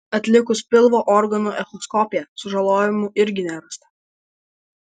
atlikus pilvo organų echoskopiją sužalojimų irgi nerasta